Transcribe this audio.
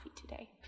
today